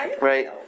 right